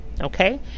okay